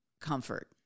comfort